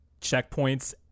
checkpoints